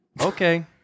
Okay